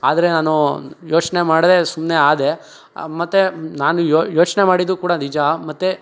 ಆದರೆ ನಾನು ಯೋಚನೆ ಮಾಡಿದೆ ಸುಮ್ಮನೆ ಆದೆ ಮತ್ತೆ ನಾನು ಯೋಚನೆ ಮಾಡಿದ್ದು ಕೂಡ ನಿಜ ಮತ್ತು